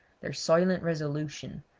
their silent resolution,